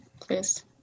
please